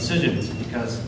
decisions because